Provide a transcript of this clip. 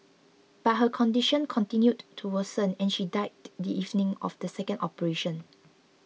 but her condition continued to worsen and she died the evening of the second operation